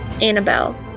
Annabelle